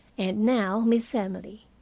and now miss emily,